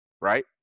Right